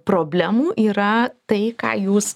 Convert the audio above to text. problemų yra tai ką jūs